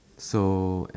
so